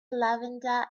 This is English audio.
lavender